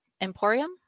Emporium